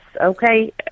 okay